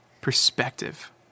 perspective